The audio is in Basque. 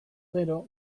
gero